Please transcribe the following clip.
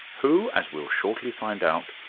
who, as we'll shortly find out,